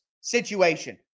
situation